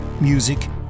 Music